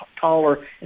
taller